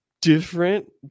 different